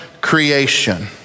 creation